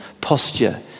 posture